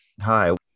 Hi